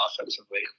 offensively